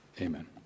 Amen